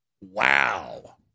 Wow